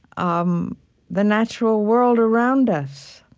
um the natural world around us